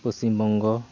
Paschimbanga